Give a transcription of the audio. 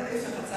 להיפך,